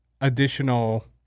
additional